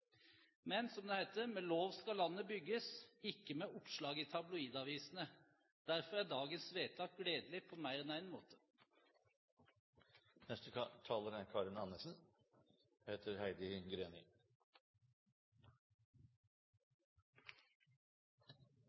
Men, som det heter: Med lov skal landet bygges, ikke med oppslag i tabloidavisene. Derfor er dagens vedtak gledelig på mer enn